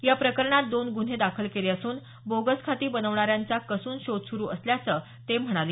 या प्रकरणात दोन गुन्हे दाखल केले असून बोगस खाती बनवणाऱ्यांचा कसून शोध सुरु असल्याचं ते म्हणाले